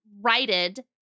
righted